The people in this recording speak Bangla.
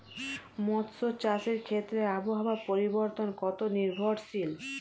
মৎস্য চাষের ক্ষেত্রে আবহাওয়া পরিবর্তন কত নির্ভরশীল?